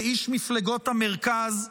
כאיש מפלגות המרכז,